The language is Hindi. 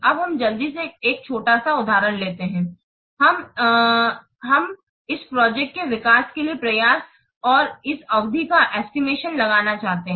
अब हम जल्दी से एक छोटा सा उदाहरण लेते हैं हम हैं हम इस प्रोजेक्ट के विकास के लिए प्रयास और इस अवधि का एस्टिमेशन लगाना चाहते हैं